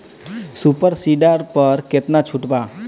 Super seeder पर केतना छूट बा?